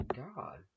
god